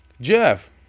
jeff